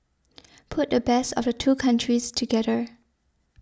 put the best of the two countries together